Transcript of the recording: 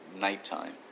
nighttime